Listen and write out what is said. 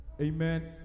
Amen